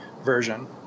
version